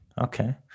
okay